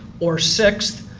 or six,